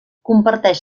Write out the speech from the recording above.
comparteix